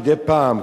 מדי פעם,